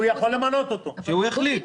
הוא יכול למנות חבר